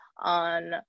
on